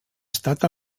estat